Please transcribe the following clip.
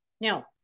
Now